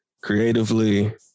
creatively